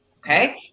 Okay